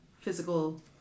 physical